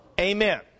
Amen